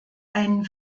einen